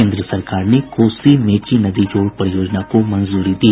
केन्द्र सरकार ने कोसी मेची नदी जोड़ परियोजना को मंजूरी दी